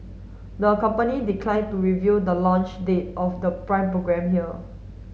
the company declined to reveal the launch date of the Prime programme here